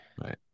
Right